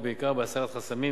ובעיקר בהסרת חסמים.